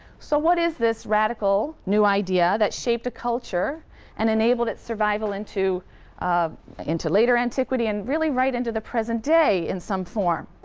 so what is this radical new idea that shaped a culture and enabled its survival into um into later antiquity and really right into the present day in some form?